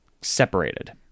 separated